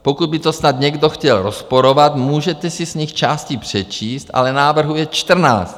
Pokud by to snad někdo chtěl rozporovat, můžete si z nich části přečíst, ale návrhů je čtrnáct.